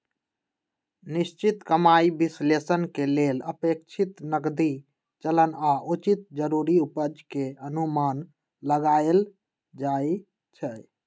निश्चित कमाइ विश्लेषण के लेल अपेक्षित नकदी चलन आऽ उचित जरूरी उपज के अनुमान लगाएल जाइ छइ